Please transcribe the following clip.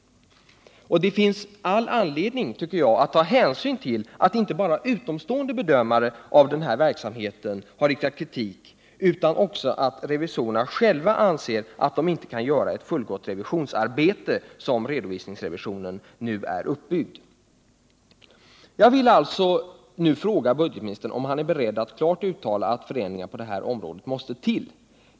Enligt min mening finns det all anledning att ta hänsyn till att inte bara utomstående bedömare av den verksamheten har kritiserat förhållandena utan att revisorerna själva anser att de inte kan göra ett fullgott revisionsarbete som redovisningsrevisionen nu är uppbyggd. Jag vill nu fråga budgetministern, om han är beredd att klart uttala att ändringar på det här området måste till.